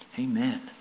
Amen